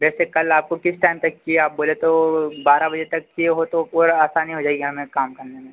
वैसे कल आपको किस टाइम तक चिए आप बोले तो बारह बजे तक चाहिए हो तो पूरा आसानी हो जाएगी हमें काम करने में